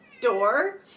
door